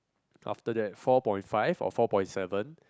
after that four point five or four point seven